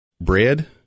bread